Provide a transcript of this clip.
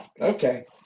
Okay